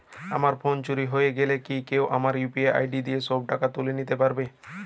আমার ফোন চুরি হয়ে গেলে কি কেউ আমার ইউ.পি.আই দিয়ে সব টাকা তুলে নিতে পারবে?